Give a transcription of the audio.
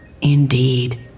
Indeed